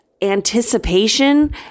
anticipation